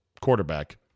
quarterback